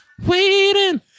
Waiting